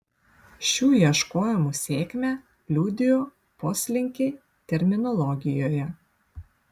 šių ieškojimų sėkmę liudijo poslinkiai terminologijoje